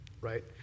right